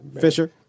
Fisher